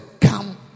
come